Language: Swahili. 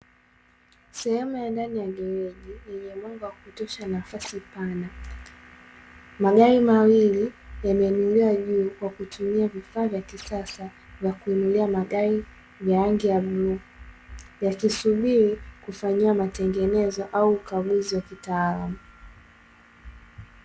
Sehemu ya ndani ya gereji yenye mwanga wa kutosha na nafasi pana. Magari mawili yameinuliwa juu kwa kutumia vifaa vya kisasa vya kuinulia magari vya rangi ya bluu. Yakisubiri kufanyiwa matengenezo au ukaguzi wa kitaalamu.